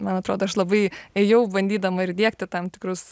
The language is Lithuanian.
man atrodo aš labai ėjau bandydama ir įdiegti tam tikrus